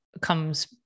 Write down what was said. comes